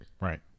Right